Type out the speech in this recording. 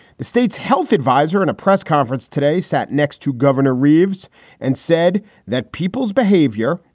the state's health advisor in a press conference today sat next to governor reeves and said that people's behavior,